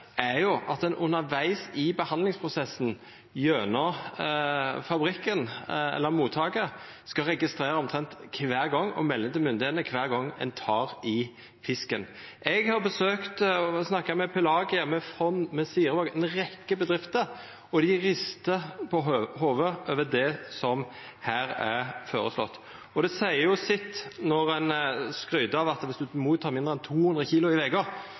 er at ein undervegs i behandlingsprosessen gjennom fabrikken eller mottaket skal registrera og melda til myndigheitene omtrent kvar gong ein tek i fisken. Eg har besøkt og snakka med Pelagia, med Fonn, med Sirevaag – ei rekkje bedrifter, og dei ristar på hovudet over det som her er føreslått. Det seier sitt når ein skryter av at viss ein tek mot mindre enn 200 kilo i